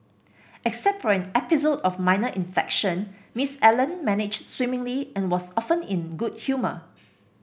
except for an episode of minor infection Miss Allen managed swimmingly and was often in good humour